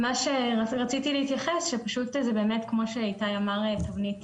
זה כמו שאיתי אמר, תבנית